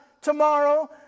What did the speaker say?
tomorrow